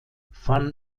van